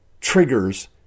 triggers